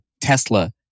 Tesla